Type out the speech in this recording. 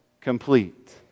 complete